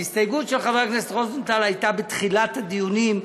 ההסתייגות של חבר הכנסת רוזנטל הייתה בתחילת הדיונים.